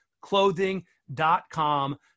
clothing.com